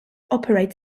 operate